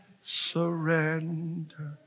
surrender